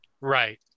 Right